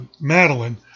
Madeline